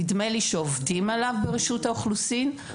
נדמה לי שעובדים עליו ברשות האוכלוסין,